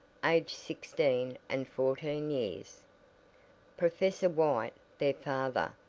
aged sixteen and fourteen years. professor white, their father,